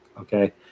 Okay